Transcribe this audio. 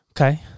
Okay